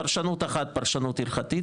פרשנות אחת פרשנות הילכתית,